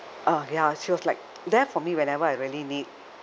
uh ya she was like there for me whenever I really need